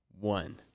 one